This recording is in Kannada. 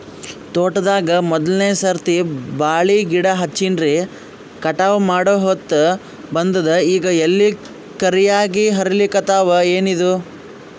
ತೋಟದಾಗ ಮೋದಲನೆ ಸರ್ತಿ ಬಾಳಿ ಗಿಡ ಹಚ್ಚಿನ್ರಿ, ಕಟಾವ ಮಾಡಹೊತ್ತ ಬಂದದ ಈಗ ಎಲಿ ಕರಿಯಾಗಿ ಹರಿಲಿಕತ್ತಾವ, ಏನಿದು?